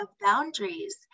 boundaries